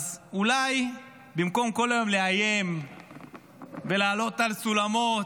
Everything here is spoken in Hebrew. אז אולי במקום כל היום לאיים ולעלות על סולמות,